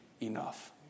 enough